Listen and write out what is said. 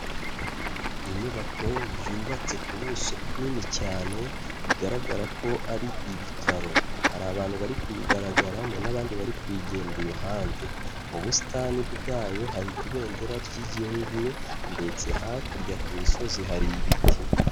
Inyubako yubatse ku buso bunini cyane, bigaragara ko ari ibitaro. Hari abantu bari kuyigaragaramo n'abandi bari kuyigenda iruhande. Mu busitani bwayo hari ibendera ry'igihugu, ndetse hakurya ku misozi hari ibiti.